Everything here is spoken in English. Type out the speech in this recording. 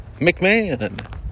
McMahon